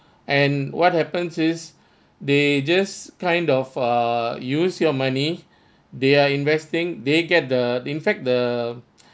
and what happens is they just kind of uh use your money they are investing they get the in fact the